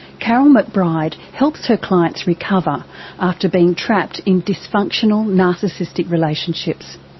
karyl mcbride helps her clients recover after being trapped in dysfunctional, narcissistic relationships.